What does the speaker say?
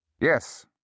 Yes